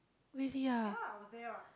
really ah